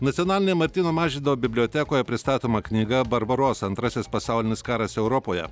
nacionalinėje martyno mažvydo bibliotekoje pristatoma knyga barbarosa antrasis pasaulinis karas europoje